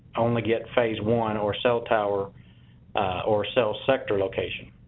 only get phase one or cell tower or cell sector location.